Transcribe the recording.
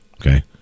Okay